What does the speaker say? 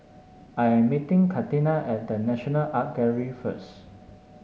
I am meeting Catina at The National Art Gallery first